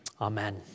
Amen